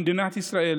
למדינת ישראל,